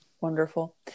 Wonderful